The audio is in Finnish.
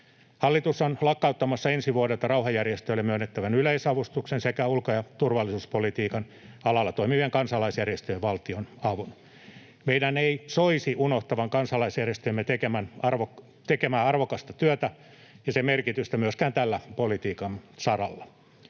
Hallitus on lakkauttamassa ensi vuodelta rauhanjärjestöille myönnettävän yleisavustuksen sekä ulko- ja turvallisuuspolitiikan alalla toimivien kansalaisjärjestöjen valtionavun. Meidän ei soisi unohtavan kansalaisjärjestöjemme tekemää arvokasta työtä ja sen merkitystä myöskään tällä politiikan saralla.